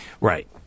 Right